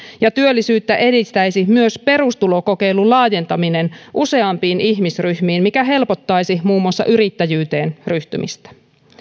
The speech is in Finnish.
ja työllisyyttä edistäisi myös perustulokokeilun laajentaminen useampiin ihmisryhmiin mikä helpottaisi muun muassa yrittäjyyteen ryhtymistä